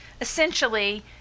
essentially